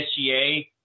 SGA